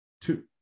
two